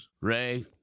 Ray